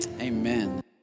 Amen